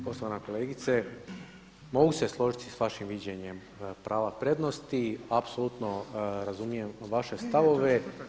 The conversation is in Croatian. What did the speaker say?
Poštovana kolegice, mogu se složiti sa vašim viđenjem prava prednosti, apsolutno razumijem vaše stavove.